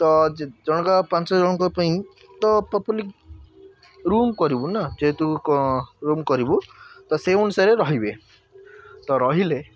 ତ ଜଣକା ପାଞ୍ଚ ଜଣଙ୍କ ପାଇଁ ତ ପ୍ରପୋର୍ଲି ରୁମ୍ କରିବୁ ନା ଯେହେତୁ ରୁମ୍ କରିବୁ ତ ସେ ଅନୁସାରେ ରହିବେ ତ ରହିଲେ